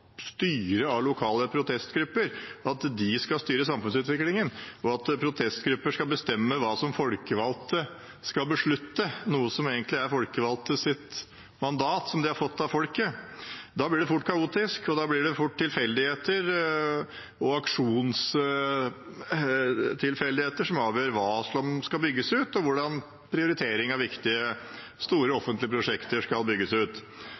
styre av lokale protestgrupper slik at de skal styre samfunnsutviklingen, og at protestgrupper skal bestemme hva folkevalgte skal beslutte, noe som egentlig er et mandat folkevalgte har fått av folket. Da blir det fort kaotisk, og da blir det fort tilfeldigheter og akjsoner som avgjør hva som skal bygges ut, og hvilken prioritering det skal være av viktige, store offentlige prosjekter som skal bygges ut.